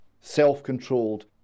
self-controlled